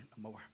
more